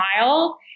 mile